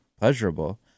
pleasurable